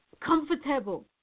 comfortable